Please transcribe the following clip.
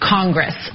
Congress